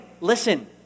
listen